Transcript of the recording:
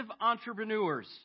entrepreneurs